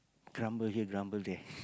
grumble here grumble there